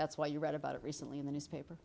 that's why you read about it recently in the newspaper